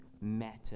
matter